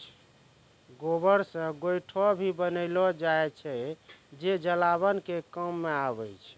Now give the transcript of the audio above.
गोबर से गोयठो भी बनेलो जाय छै जे जलावन के काम मॅ आबै छै